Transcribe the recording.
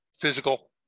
physical